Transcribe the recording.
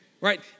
Right